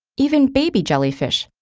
even baby jellyfish,